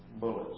bullets